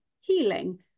healing